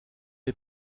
est